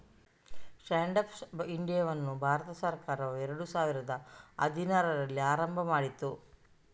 stand up ಇಂಡಿಯಾವನ್ನು ಭಾರತ ಸರ್ಕಾರವು ಎರಡು ಸಾವಿರದ ಹದಿನಾರರಲ್ಲಿ ಆರಂಭ ಮಾಡಿತು